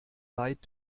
leid